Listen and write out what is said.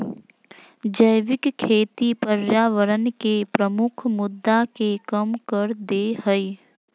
जैविक खेती पर्यावरण के प्रमुख मुद्दा के कम कर देय हइ